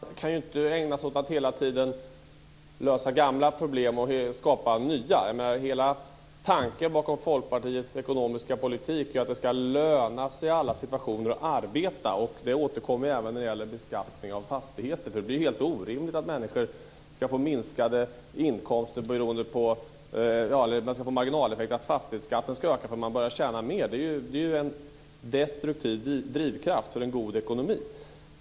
Fru talman! Ja, men man kan ju inte ägna sig åt att hela tiden lösa gamla problem och skapa nya. Hela tanken bakom Folkpartiets ekonomiska politik är ju att det i alla situationer ska löna sig att arbeta, och det återkommer vi till även när det gäller beskattning av fastigheter. Det är helt orimligt att det ska få marginaleffekten att fastighetsskatten ökar för att man börjar tjäna mer. Det är ju en destruktiv drivkraft för en god ekonomi.